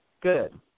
good